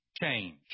change